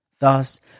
Thus